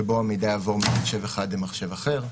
שבו המידע יעבור ממחשב אחד למחשב אחר.